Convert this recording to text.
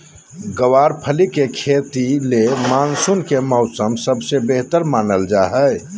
गँवार फली के खेती ले मानसून के मौसम सबसे बेहतर मानल जा हय